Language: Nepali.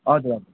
हजुर हजुर